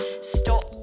Stop